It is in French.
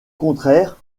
contraire